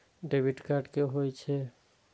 Debit card की होय छेय?